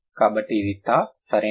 కాబట్టి ఇది థా సరేనా